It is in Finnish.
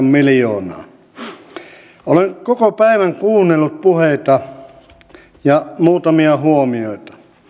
miljoonaa olen koko päivän kuunnellut puheita ja muutamia huomioita